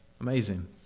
Amazing